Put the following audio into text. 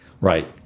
Right